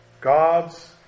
God's